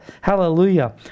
Hallelujah